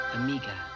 Amiga